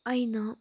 ꯑꯩꯅ